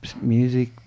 music